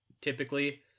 typically